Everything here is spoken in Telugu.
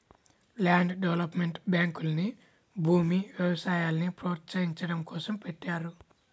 ల్యాండ్ డెవలప్మెంట్ బ్యాంకుల్ని భూమి, వ్యవసాయాల్ని ప్రోత్సహించడం కోసం పెట్టారు